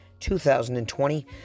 2020